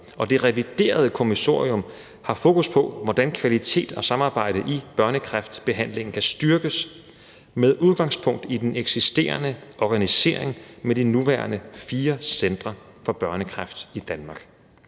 Det reviderede kommissorium har fokus på, hvordan kvalitet og samarbejde i børnekræftbehandlingen kan styrkes med udgangspunkt i den eksisterende organisering med de nuværende fire centre for børnekræft i Danmark.